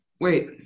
Wait